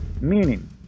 meaning